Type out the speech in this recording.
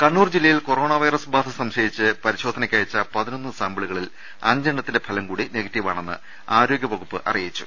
കണ്ണൂർ ജില്ലയിൽ corona virus ബാധ സംശയിച്ച് പ രിശോധനക്കയച്ച പതിനൊന്ന് സാമ്പിളുകളിൽ അഞ്ചെണ്ണത്തിന്റെ ഫലം കൂ ടി നെഗറ്റീവാണെന്ന് ആരോഗ്യ വകുപ്പ് അറിയിച്ചു